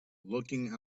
looking